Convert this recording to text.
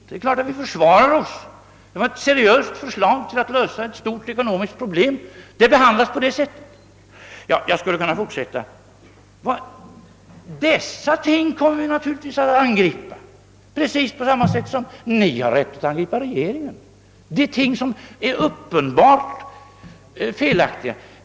Det är klart att vi försvarar oss, när ett seriöst förslag för att lösa ett stort ekonomiskt problem behandlas på detta sätt. Jag skulle kunna fortsätta uppräkningen. Vi kommer att fortsätta angripa alla dessa ting precis på samma sätt som ni har rätt att angripa regeringen, när det gäller sådant som ni anser vara felaktigt.